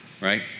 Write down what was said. right